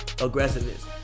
aggressiveness